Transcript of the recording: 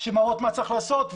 שמראות מה צריך לעשות.